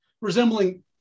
resembling